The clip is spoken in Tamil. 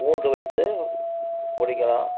கூண்டு வைத்து பிடிக்கலாம்